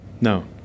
No